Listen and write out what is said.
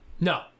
No